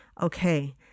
Okay